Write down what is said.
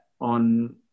on